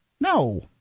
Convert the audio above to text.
No